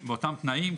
באותם תנאים.